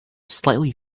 slightly